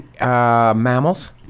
mammals